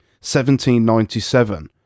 1797